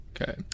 Okay